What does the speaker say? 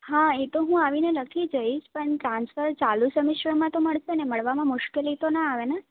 હા એ તો હું આવીને લખી જઈશ પણ ટ્રાન્સફર ચાલુ સેમિસ્ટરમાં તો મળશે મળવામાં મુશ્કેલી તો ના આવેને